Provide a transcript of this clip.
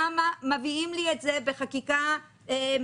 למה מביאים לי את זה בחקיקה משותפת?